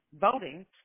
voting